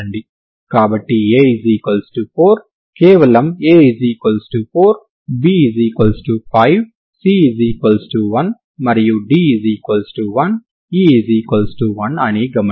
కాబట్టి A4 కేవలం A4 B5 C1 మరియు D1 E1 అని గమనించండి